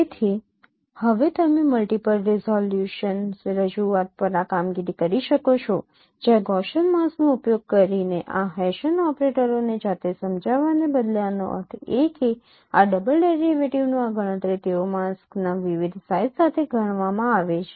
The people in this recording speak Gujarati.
તેથી હવે તમે મલ્ટિપલ રીઝોલ્યુશન રજૂઆત પર આ કામગીરી કરી શકો છો જ્યાં ગૌસીયન માસ્કનો ઉપયોગ કરીને આ હેસિયન ઓપેરેટરોને જાતે સમજાવવાને બદલે આનો અર્થ એ કે આ ડબલ ડેરિવેટિવનું આ ગણતરી તેઓ માસ્કના વિવિધ સાઇઝ સાથે ગણવામાં આવે છે